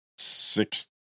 Six